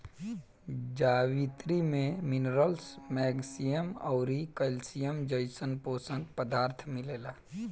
जावित्री में minerals, magnesium अउरी कैल्शियम जइसन पोषक पदार्थ मिलेला